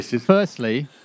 firstly